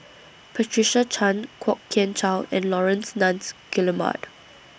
Patricia Chan Kwok Kian Chow and Laurence Nunns Guillemard